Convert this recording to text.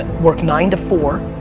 work nine to four,